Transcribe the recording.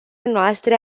noastre